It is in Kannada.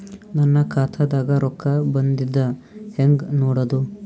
ನನ್ನ ಖಾತಾದಾಗ ರೊಕ್ಕ ಬಂದಿದ್ದ ಹೆಂಗ್ ನೋಡದು?